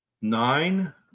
nine